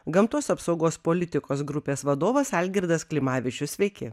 gamtos apsaugos politikos grupės vadovas algirdas klimavičius sveiki